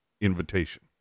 invitation